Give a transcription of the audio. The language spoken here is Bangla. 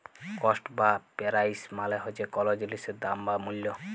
কস্ট বা পেরাইস মালে হছে কল জিলিসের দাম বা মূল্য